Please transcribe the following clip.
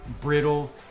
brittle